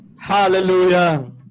hallelujah